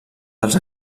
dels